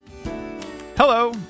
Hello